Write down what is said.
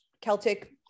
Celtic